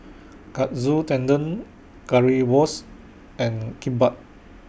Katsu Tendon Currywurst and Kimbap